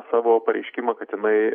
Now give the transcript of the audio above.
savo pareiškimą kad jinai